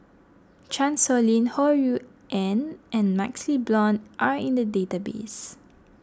Chan Sow Lin Ho Rui An and MaxLe Blond are in the database